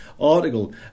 article